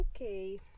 okay